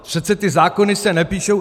Přece ty zákony se nepíšou...